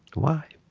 why?